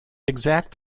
exact